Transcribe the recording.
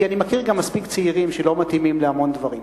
כי אני מכיר גם מספיק צעירים שלא מתאימים להמון דברים.